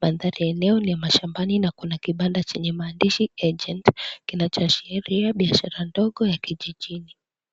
Mandhari yenyewe ni mashambani na kuna kibanda chenye maandishi "Agent", kinachoashiria biashara ndogo ya kijijini.